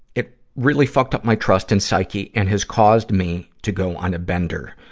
it really fucked up my trust and psyche and has caused me to go on a bender,